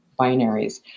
binaries